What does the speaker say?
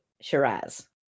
Shiraz